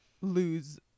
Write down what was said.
lose